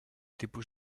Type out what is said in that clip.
tipus